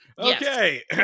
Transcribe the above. Okay